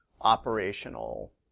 operational